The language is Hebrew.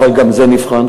אבל גם זה נבחן,